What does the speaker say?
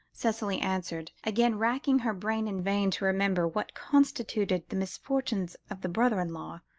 cicely answered, again racking her brain in vain to remember what constituted the misfortunes of the brother-in-law,